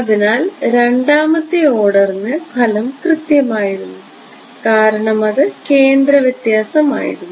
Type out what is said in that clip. അതിനാൽ രണ്ടാമത്തെ ഓർഡറിന് ഫലം കൃത്യമായിരുന്നു കാരണം അത് കേന്ദ്ര വ്യത്യാസമായിരുന്നു